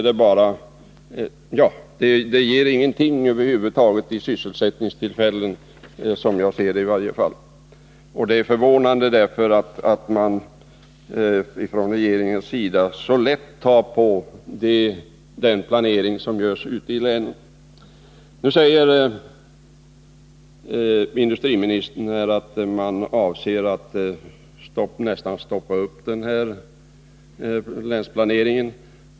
Det ger över huvud taget ingenting i fråga om sysselsättningstillfällen, som jag ser det. Det är förvånande att man från regeringens sida tar så lätt på den planering som görs ute i länen. Nu säger industriministern att man avser att nästan stoppa upp länsplaneringen.